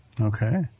okay